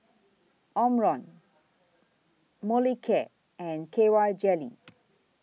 Omron Molicare and K Y Jelly